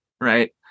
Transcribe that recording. right